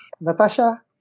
Natasha